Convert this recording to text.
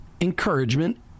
encouragement